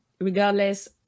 regardless